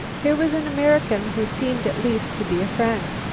here was an american who seemed at least to be a friend.